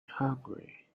hungry